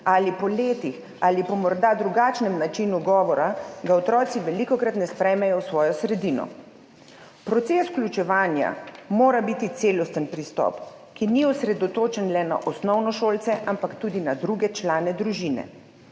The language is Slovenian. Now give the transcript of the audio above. ali po letih, ali po morda drugačnem načinu govora, ga otroci velikokrat ne sprejmejo v svojo sredino. Proces vključevanja mora biti celosten pristop, ki ni osredotočen le na osnovnošolce, ampak tudi na druge člane družine.